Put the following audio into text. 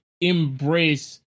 embrace